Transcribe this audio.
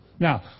Now